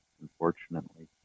unfortunately